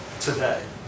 today